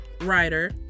writer